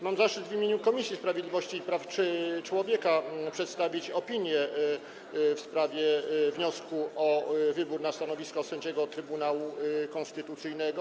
Mam zaszczyt w imieniu Komisji Sprawiedliwości i Praw Człowieka przedstawić opinię w sprawie wniosku o wybór na stanowisko sędziego Trybunału Konstytucyjnego.